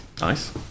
Nice